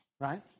right